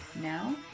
Now